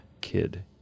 kid